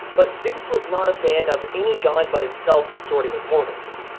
but zeus was not a fan of any god but himself consorting with mortals.